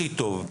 הכי טוב.